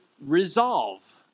resolve